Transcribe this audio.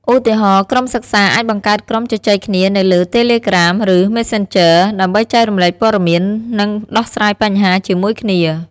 ឧទាហរណ៍ ក្រុមសិក្សាអាចបង្កើតក្រុមជជែកគ្នានៅលើ តេឡេក្រាម (Telegram) ឬ ម៉េសសេនជ័រ (Messenger) ដើម្បីចែករំលែកព័ត៌មាន និងដោះស្រាយបញ្ហាជាមួយគ្នា។